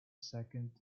second